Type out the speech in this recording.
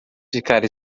ficar